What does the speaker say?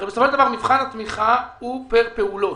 הרי בסופו של דבר מבחן התמיכה הוא פר פעולות,